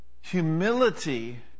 Humility